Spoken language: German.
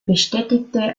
bestätigte